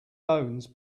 bones